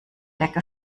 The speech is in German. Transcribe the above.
decke